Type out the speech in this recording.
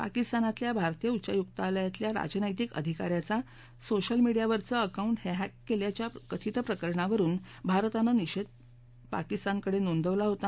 पाकिस्तानातल्या भारतीय उच्चायुक्तालयातल्या राजनैतिक अधिकाऱ्याचा सोशल मिडीयावरचं अकांउट हॅक केल्याच्या कथित प्रकरणावरुन भारतानं निषेध पाकिस्तानकडे नोंदवला होता